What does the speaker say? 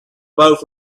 both